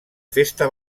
festa